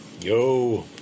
Yo